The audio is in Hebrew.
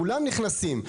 כולם נכנסים.